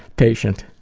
patient.